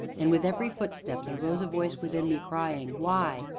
and with every footstep there rose a voice within me, crying why?